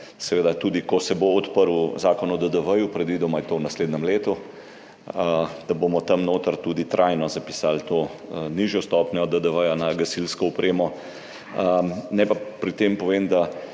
seveda ko se bo odprl Zakon o DDV, predvidoma je to v naslednjem letu, da bomo tja noter tudi trajno zapisali to nižjo stopnjo DDV na gasilsko opremo. Naj pa pri tem povem, da